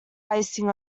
icing